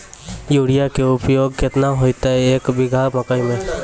Urea के उपयोग केतना होइतै, एक बीघा मकई मे?